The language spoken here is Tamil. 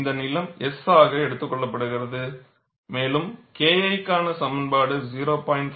இந்த நீளம் S ஆக எடுத்துக் கொள்ளப்படுகிறது மேலும் KI க்கான சமன்பாடு 0